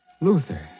Luther